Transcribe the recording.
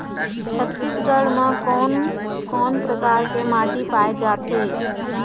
छत्तीसगढ़ म कोन कौन प्रकार के माटी पाए जाथे?